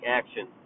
action